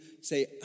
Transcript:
say